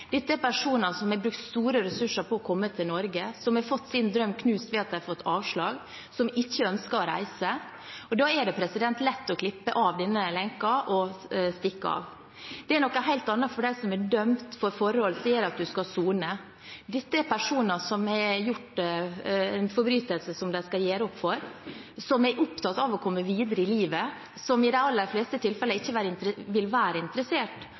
Dette er personer som har brukt store ressurser på å komme til Norge, som har fått sin drøm knust ved at de har fått avslag, og som ikke ønsker å reise. Da er det lett å klippe av seg denne lenken og stikke av. Det er noe helt annet for dem som er dømt for forhold som gjør at de skal sone. Dette er personer som har begått en forbrytelse de skal gjøre opp for, som er opptatt av å komme videre i livet, og som i de aller fleste tilfeller ikke vil være interessert